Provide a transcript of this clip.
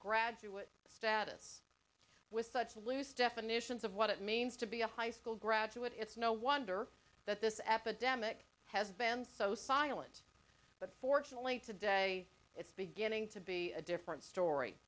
graduate status with such loose definitions of what it means to be a high school graduate it's no wonder that this epidemic has been so silent but fortunately today it's beginning to be a different story